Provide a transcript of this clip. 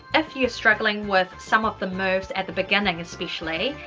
if you're struggling with some of the moves at the beginning especially,